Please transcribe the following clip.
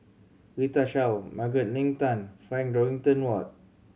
Rita Chao Margaret Leng Tan Frank Dorrington Ward